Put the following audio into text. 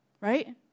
right